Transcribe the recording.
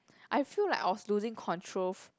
I feel like I was losing control f~